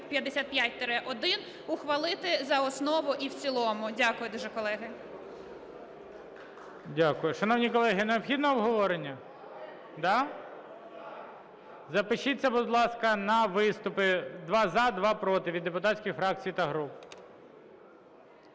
3355-1 ухвалити за основу і в цілому. Дякую дуже, колеги. ГОЛОВУЮЧИЙ. Дякую. Шановні колеги, необхідно обговорення? Да? Запишіться, будь ласка, на виступи: два – за, два – проти від депутатських фракцій та груп.